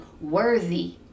worthy